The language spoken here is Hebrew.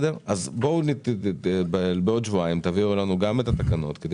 בעוד שבועיים תביאו לנו גם את התקנות כדי